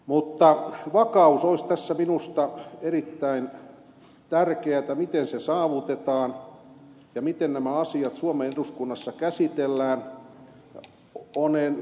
mutta vakaus olisi tässä minusta erittäin tärkeätä se miten se saavutetaan ja miten nämä asiat suomen eduskunnassa käsitellään